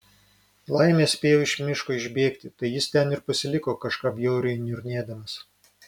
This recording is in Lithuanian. laimė spėjau iš miško išbėgti tai jis ten ir pasiliko kažką bjauriai niurnėdamas